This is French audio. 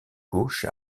gauche